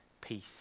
peace